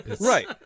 Right